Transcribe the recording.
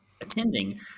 attending